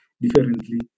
differently